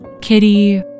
Kitty